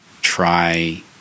try